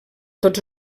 tots